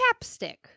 chapstick